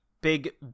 big